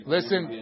Listen